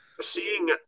Seeing